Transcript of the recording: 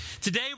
Today